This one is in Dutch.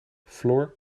floor